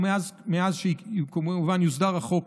משיוסדר החוק,